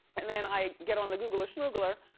and then i get on the googler schmoogler.